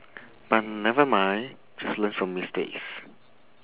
but never mind just learn from mistakes